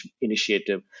initiative